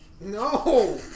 No